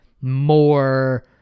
more